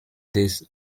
des